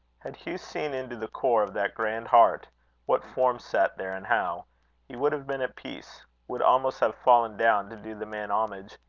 had hugh seen into the core of that grand heart what form sat there, and how he would have been at peace would almost have fallen down to do the man homage.